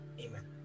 Amen